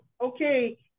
Okay